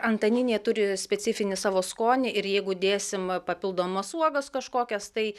antaniniai turi specifinį savo skonį ir jeigu dėsim papildomas uogas kažkokias tai